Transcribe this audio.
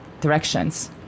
directions